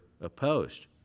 opposed